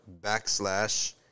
backslash